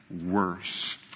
worse